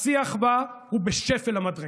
השיח בה הוא בשפל המדרגה.